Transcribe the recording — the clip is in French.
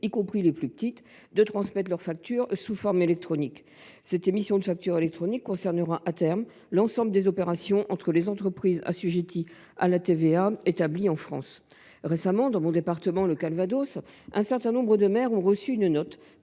y compris les plus petites, de transmettre leurs factures sous forme électronique. Cette émission de factures électroniques concernera, à terme, l’ensemble des opérations entre les entreprises assujetties à la TVA établies en France. Récemment, dans le Calvados, un certain nombre de maires ont reçu une note